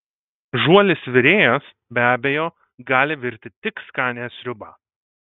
žuolis virėjas be abejo gali virti tik skanią sriubą